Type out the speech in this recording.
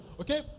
Okay